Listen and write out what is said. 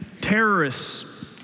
terrorists